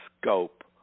scope